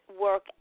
work